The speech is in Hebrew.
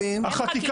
אחוזים,